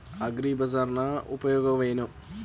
ಅಗ್ರಿಬಜಾರ್ ನ ಉಪಯೋಗವೇನು?